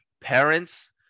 parents